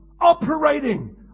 operating